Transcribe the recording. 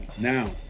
now